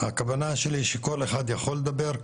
הכוונה שלי שכל אחד יכול לדבר,